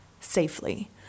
safely